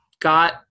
got